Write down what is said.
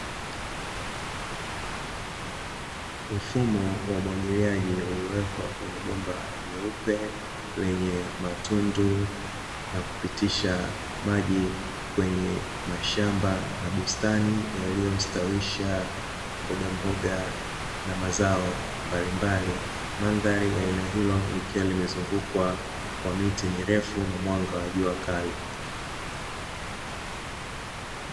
Mfumo wa umwagilia uliowekwa kwenye bomba jeupe lenye matundu na kupitisha maji kwenye mashamba na bustani, yaliyostawisha mboga mboga na mazao mbalimbali. Mandhari ya eneo hilo likiwa limezungukwa na miti mirefu na mwanga wa jua kali.